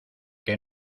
que